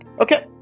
okay